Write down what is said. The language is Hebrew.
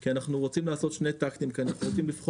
כי אנחנו רוצים לעשות שני --- אני מתפלא